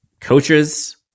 coaches